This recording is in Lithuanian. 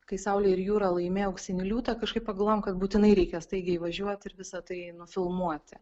kai saulė ir jūra laimėjo auksinį liūtą kažkaip pagalvojom kad būtinai reikia staigiai važiuot ir visa tai nufilmuoti